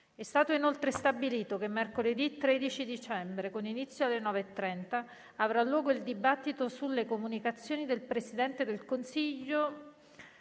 È stato inoltre stabilito che mercoledì 13 dicembre, con inizio alle 9,30, avrà luogo il dibattito sulle comunicazioni del Presidente del Consiglio